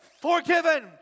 forgiven